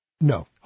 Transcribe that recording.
no